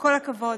כל הכבוד.